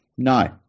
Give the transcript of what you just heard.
No